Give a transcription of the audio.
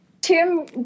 Tim